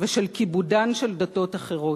ושל כיבודן של דתות אחרות.